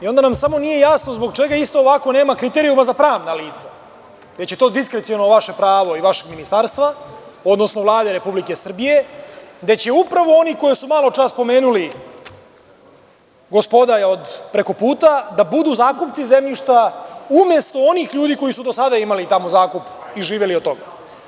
Onda nam samo nije jasno zbog čega isto ovako nema kriterijuma za pravna lica, već je to vaše diskreciono pravo i vašeg ministarstva, odnosno Vlade Republike Srbije, gde će upravo oni koje su maločaspomenuli gospoda od prekoputa, da budu zakupci zemljišta umesto onih ljudi koji su do sada imali tamo zakup i živeli od toga.